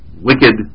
wicked